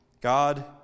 God